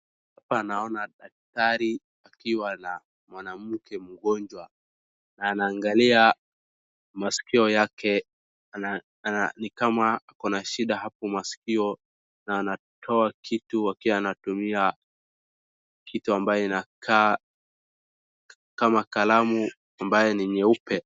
Hapa naona daktari akiwa na mwanamke mgonjwa na anaangalia maskio yake, nikama ako na shida hapo kwa masikio na anatoa kitu, anatumia kitu ambacho kinakaa kama kalamu ambayo ni nyeupe.